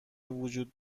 وجود